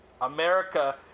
America